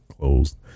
closed